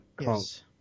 Yes